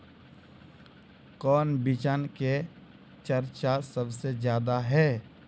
कौन बिचन के चर्चा सबसे ज्यादा है?